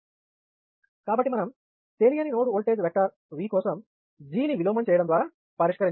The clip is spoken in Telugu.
కాబట్టి మనం తెలియని నోడ్ ఓల్టేజ్ వెక్టర్ V కోసం G ని విలోమం చేయడం ద్వారా పరిష్కరించవచ్చు